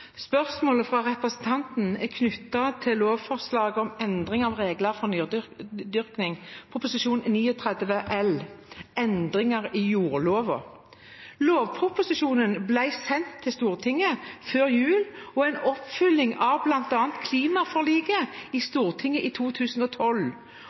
Spørsmålet fra representanten er knyttet til lovforslaget om endring av reglene om nydyrking, Prop. 39 L for 2018–2019, Endringer i jordlova mv. Lovproposisjonen ble sendt til Stortinget før jul og er en oppfølging av bl.a. klimaforliket i